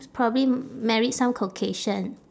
probably married some caucasian